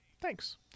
Thanks